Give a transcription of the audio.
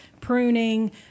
pruning